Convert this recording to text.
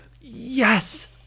yes